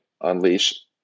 unleash